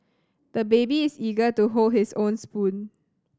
the baby is eager to hold his own spoon